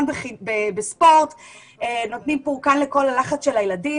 בספורט שנותנים פורקן ללחץ של הילדים.